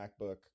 MacBook